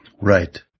right